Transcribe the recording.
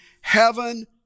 heaven